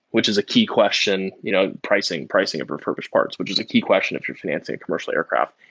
which is a key question you know pricing. pricing of refurbished parts, which is a key question of your financing a commercial aircraft.